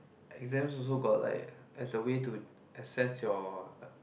exams also got like as a way to assess your uh